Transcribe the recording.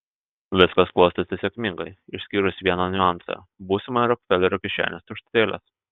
viskas klostėsi sėkmingai išskyrus vieną niuansą būsimojo rokfelerio kišenės tuštutėlės